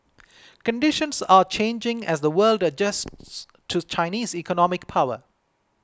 conditions are changing as the world adjusts to Chinese economic power